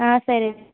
సరేనండి